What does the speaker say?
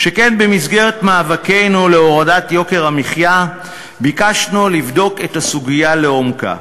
שכן במסגרת מאבקנו להורדת יוקר המחיה ביקשנו לבדוק את הסוגיה לעומקה.